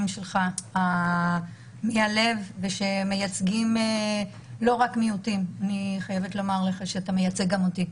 מהלב שמייצגים לא רק מיעוטים אלא גם אותי.